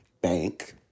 bank